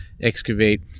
excavate